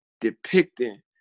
depicting